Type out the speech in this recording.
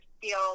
feel